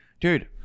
dude